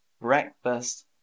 Breakfast